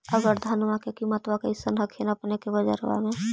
अबर धानमा के किमत्बा कैसन हखिन अपने के बजरबा में?